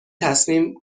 تصمیم